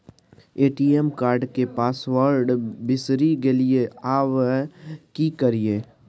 ATM card के password बिसरि गेलियै आबय की करियै?